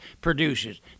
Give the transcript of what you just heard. produces